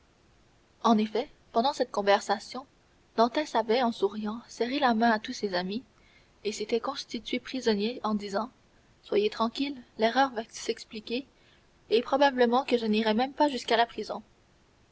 en effet pendant cette conversation dantès avait en souriant serré la main à tous ses amis et s'était constitué prisonnier en disant soyez tranquilles l'erreur va s'expliquer et probablement que je n'irai même pas jusqu'à la prison